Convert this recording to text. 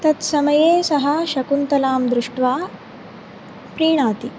तत्समये सः शकुन्तलां दृष्ट्वा प्रीणाति